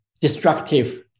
destructive